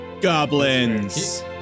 Goblins